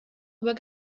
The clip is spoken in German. über